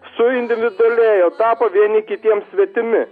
suindividualėjo tapo vieni kitiems svetimi